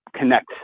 connect